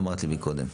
אמרת לי מקודם.